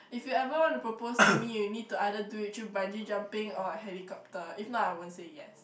if you ever wanna propose to me you need to either do it through bungee jumping or helicopter if not I won't say yes